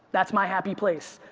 that's my happy place.